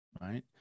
right